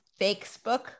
Facebook